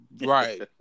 Right